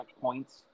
points